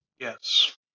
Yes